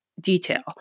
detail